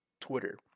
Twitter